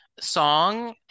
song